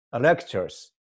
Lectures